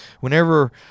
whenever